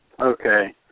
Okay